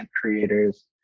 creators